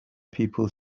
people